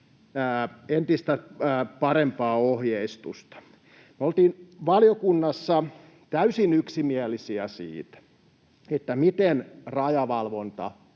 entistä parempaa ohjeistusta. Me oltiin valiokunnassa täysin yksimielisiä siitä, miten rajavalvonta